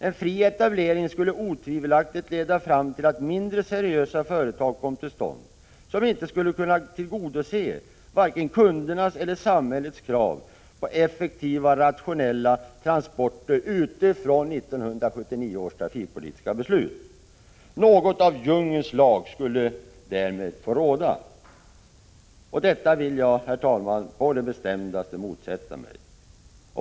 En fri etablering skulle otvivelaktigt leda fram till att mindre seriösa företag kom till stånd, som inte skulle kunna tillgodose vare sig kundernas eller samhällets krav på effektiva, rationella transporter utifrån 1979 års trafikpolitiska beslut. Något av djungelns lag skulle därmed råda. Detta vill jag på det bestämdaste motsätta mig.